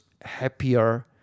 happier